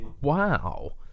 Wow